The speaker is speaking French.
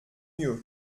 mieux